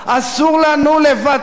אסור לנו לוותר.